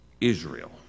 israel